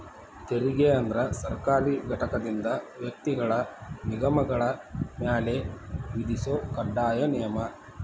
ತೆರಿಗೆ ಅಂದ್ರ ಸರ್ಕಾರಿ ಘಟಕದಿಂದ ವ್ಯಕ್ತಿಗಳ ನಿಗಮಗಳ ಮ್ಯಾಲೆ ವಿಧಿಸೊ ಕಡ್ಡಾಯ ನಿಯಮ